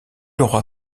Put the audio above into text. aura